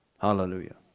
Hallelujah